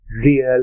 real